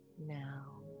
now